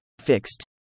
fixed